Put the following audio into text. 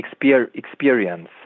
experience